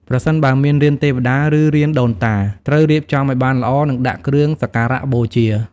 ប្រសិនបើមានរានទេវតា ឬរានដូនតា ត្រូវរៀបចំឲ្យបានល្អ និងដាក់គ្រឿងសក្ការៈបូជា។